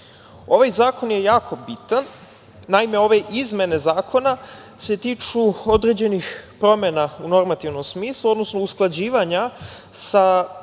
Zakon je jako bitno, naime ove izmene Zakona se tiču određenih promena u normativnom smislu, odnosno usklađivanja sa